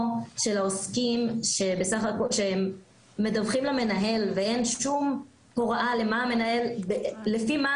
של העוסקים שהם מדווחים למנהל ואין שום הוראה לפי מה